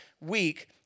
week